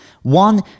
One